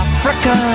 Africa